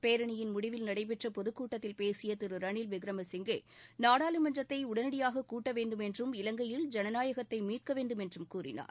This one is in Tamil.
பேரணியின் முடிவில் நடைபெற்ற பொதுக்கூட்டத்தில் பேசிய திரு ரனில் விக்கிரமசிங்கே நாடாளுமன்றத்தை உடனடியாக கூட்ட வேண்டும் என்றும் இலங்கையில் ஜனநாயகத்தை மீட்க வேண்டும் என்றம் கூறினார்